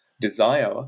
desire